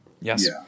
Yes